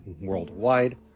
worldwide